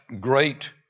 great